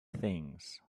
things